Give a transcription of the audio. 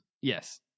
Yes